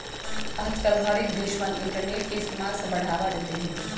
आजकल हर एक देशवन इन्टरनेट के इस्तेमाल से बढ़ावा देते हई